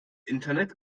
internet